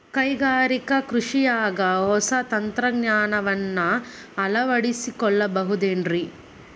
ಕೈಗಾರಿಕಾ ಕೃಷಿಯಾಗ ಹೊಸ ತಂತ್ರಜ್ಞಾನವನ್ನ ಅಳವಡಿಸಿಕೊಳ್ಳಬಹುದೇನ್ರೇ?